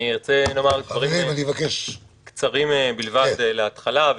אני ארצה לומר דברים קצרים בלבד להתחלה.